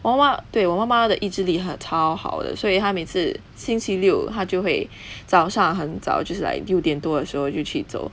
我妈妈对我妈妈的意志力很超好的所以她每次星期六她就会早上很早就是 like 六点多的时候就回去走